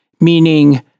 meaning